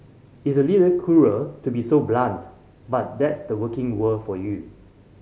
it's a little cruel to be so blunt but that's the working world for you